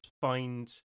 find